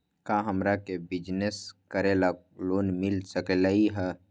का हमरा के बिजनेस करेला लोन मिल सकलई ह?